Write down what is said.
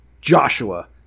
Joshua